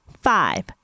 Five